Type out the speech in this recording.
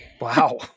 Wow